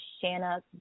Shanna